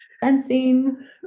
fencing